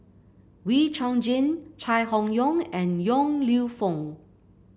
Wee Chong Jin Chai Hon Yoong and Yong Lew Foong